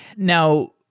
now,